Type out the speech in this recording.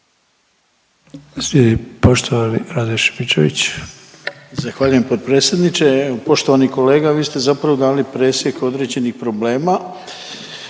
Zahvaljujem potpredsjedniče. Poštovani kolega, vi ste zapravo dali presjek određenih problema